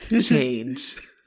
Change